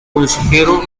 consejero